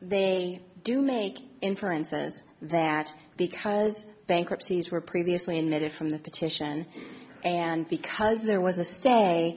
they do make inferences that because bankruptcies were previously emitted from the petition and because there was a stay